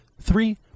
Three